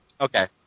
Okay